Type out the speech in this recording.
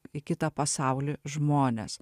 į kitą pasaulį žmones